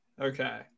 okay